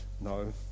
No